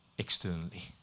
Externally